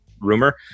rumor